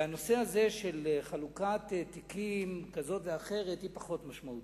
והנושא הזה של חלוקת תיקים כזאת ואחרת הוא פחות משמעותי.